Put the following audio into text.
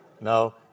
No